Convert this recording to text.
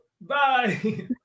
Bye